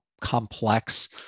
complex